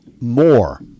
More